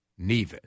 nevus